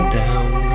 down